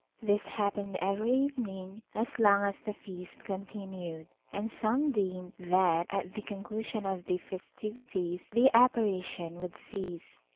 this happened every evening as long as the feast continued, and some deemed that at the conclusion of the festivities the apparition would cease.